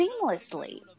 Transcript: seamlessly